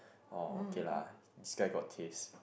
oh okay lah sky got taste